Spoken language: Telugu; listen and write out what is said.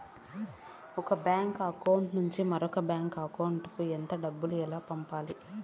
ఒక బ్యాంకు అకౌంట్ నుంచి మరొక బ్యాంకు అకౌంట్ కు ఎంత డబ్బు ఎలా పంపాలి